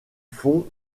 fond